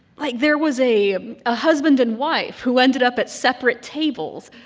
like, there was a ah husband and wife who ended up at separate tables.